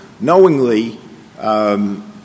knowingly